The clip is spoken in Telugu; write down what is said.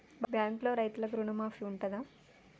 బ్యాంకులో రైతులకు రుణమాఫీ ఉంటదా?